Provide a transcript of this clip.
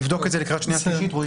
נבדוק את זה לקראת שנייה ושלישית.